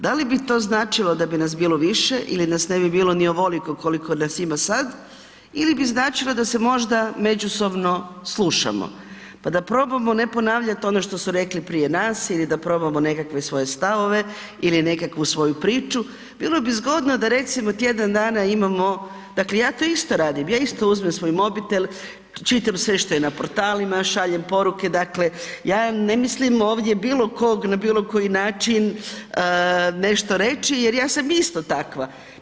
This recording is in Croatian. Da li bi to značilo da bi nas bilo više ili na s ne bi bilo ni ovoliko koliko nas ima sad ili bi značilo da se možda međusobno slušamo pa da probamo ne ponavljati ono što su rekli prije nas ili da probamo nekakve svije stavove ili nekakvu svoju priču, bilo bi zgodno da recimo tjedan dana imamo, dakle ja to isto radim, ja isto uzmem svoj mobitel, čitam sve što je na portalima, šaljem poruke, dakle ja ne mislim ovdje bilo kog na bilokoji način nešto reći jer ja sam isto takva.